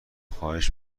خواهش